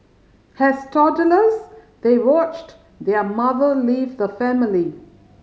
has toddlers they watched their mother leave the family